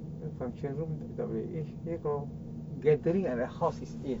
the function room kita tak boleh eh kalau gathering at a house is eight